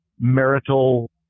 marital